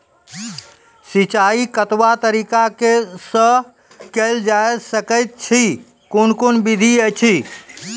सिंचाई कतवा तरीका सअ के जेल सकैत छी, कून कून विधि ऐछि?